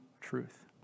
truth